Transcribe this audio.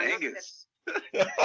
Angus